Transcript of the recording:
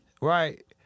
right